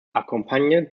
accompanied